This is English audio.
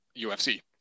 ufc